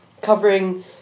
covering